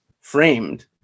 framed